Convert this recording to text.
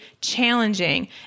challenging